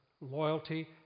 loyalty